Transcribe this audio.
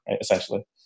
essentially